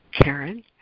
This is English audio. Karen